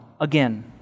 again